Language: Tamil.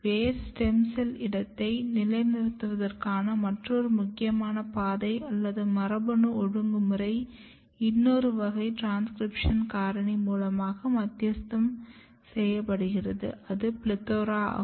வேர் ஸ்டெம் செல் இடத்தை நிலைநிறுத்துவதற்கான மற்றொரு முக்கியமான பாதை அல்லது மரபணு ஒழுங்குமுறை இன்னொரு வகை டிரான்ஸ்கிரிப்ஷன் காரணி மூலமும் மத்தியஸ்தம் செய்யப்படுகிறது அது PLETHORA ஆகும்